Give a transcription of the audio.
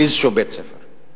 בבית-ספר כלשהו.